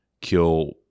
kill